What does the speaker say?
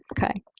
ok.